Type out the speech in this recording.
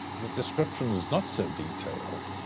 the description is not so detailed,